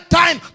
time